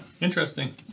interesting